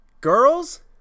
girls